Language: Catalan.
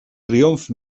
triomf